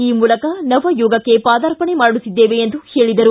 ಈ ಮೂಲಕ ನವ ಯುಗಕ್ಕೆ ಪಾದಾರ್ಪಣೆ ಮಾಡುತ್ತಿದ್ದೇವೆ ಎಂದರು